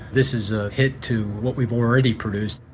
this is a hit to what we've already produced.